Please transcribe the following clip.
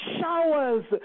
showers